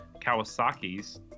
Kawasaki's